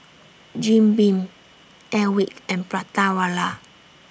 Jim Beam Airwick and Prata Wala